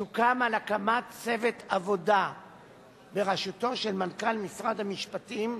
סוכם על הקמת צוות עבודה בראשות מנכ"ל משרד המשפטים,